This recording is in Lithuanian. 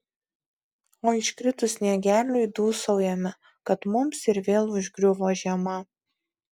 o iškritus sniegeliui dūsaujame kad mus ir vėl užgriuvo žiema